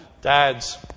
dad's